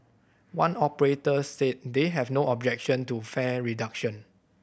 one operator said they have no objection to fare reduction